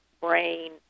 brain